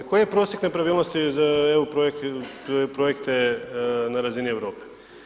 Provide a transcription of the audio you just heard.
Koji je prosjek nepravilnosti za EU projekte na razini Europe?